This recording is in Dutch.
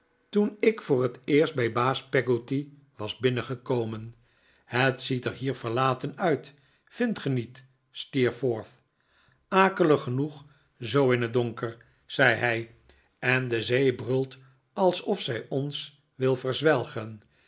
toen ik voor het eerst bij baas peggotty was binnengekomen het ziet er hier verlaten uit vindt ge niet steerforth akelig genoeg zoo in het donker zei hij en de zee bruit alsof zij ons wil verzwelgen